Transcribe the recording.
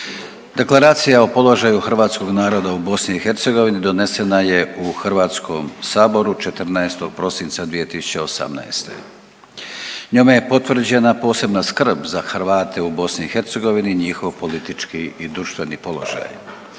Deklaracija o položaju hrvatskog naroda u BiH donesena je u Hrvatskom saboru 14. prosinca 2018. Njome je potvrđena posebna skrb za Hrvate u BiH, njihov politički i društveni položaj.